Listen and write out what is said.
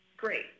great